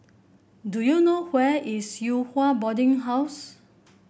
do you know where is Yew Hua Boarding House